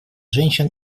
женщин